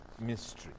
mystery